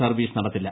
service നടത്തില്ല